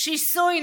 הסקטוריאליים,